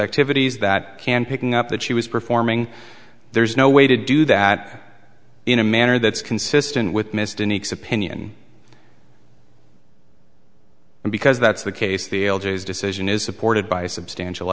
activities that can picking up that she was performing there's no way to do that in a manner that's consistent with mr nice opinion and because that's the case the elders decision is supported by substantial